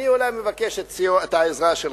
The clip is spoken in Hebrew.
אני מבקש את העזרה שלך.